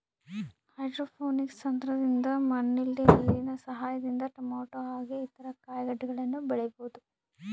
hydroponics ತಂತ್ರದಿಂದ ಮಣ್ಣಿಲ್ದೆ ನೀರಿನ ಸಹಾಯದಿಂದ ಟೊಮೇಟೊ ಹಾಗೆ ಇತರ ಕಾಯಿಗಡ್ಡೆಗಳನ್ನ ಬೆಳಿಬೊದು